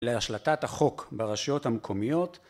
להשלטת החוק ברשויות המקומיות